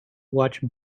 watch